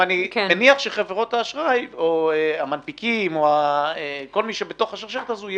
מניח שחברות האשראי או המנפיקים או כל מי שבתוך השרשרת הזאת,